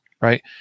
right